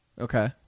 Okay